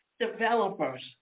Developers